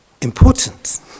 important